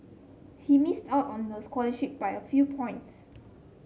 he missed out on the scholarship by a few points